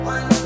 One